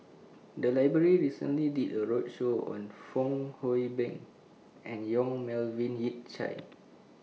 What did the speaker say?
The Library recently did A roadshow on Fong Hoe Beng and Yong Melvin Yik Chye